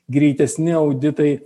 greitesni auditai